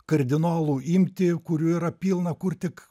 kardinolų imtį kurių yra pilna kur tik